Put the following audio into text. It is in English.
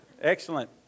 Excellent